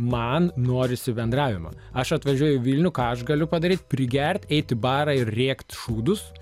man norisi bendravimo aš atvažiuoju į vilnių ką aš galiu padaryt prigerti eiti į barą ir rėkt šūdus